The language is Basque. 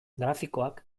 grafikoak